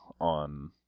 on